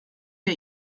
der